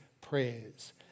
prayers